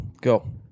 go